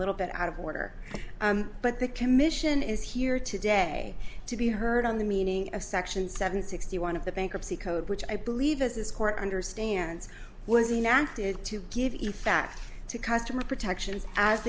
little bit out of order but the commission is here today to be heard on the meaning of section seven sixty one of the bankruptcy code which i believe has this court understands was the knack to it to give effect to customer protections as